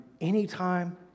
anytime